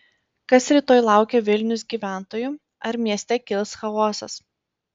kas rytoj laukia vilnius gyventojų ar mieste kils chaosas